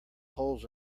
holes